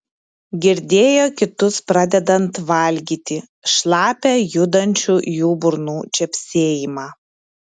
girdėjo kitus pradedant valgyti šlapią judančių jų burnų čepsėjimą